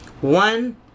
one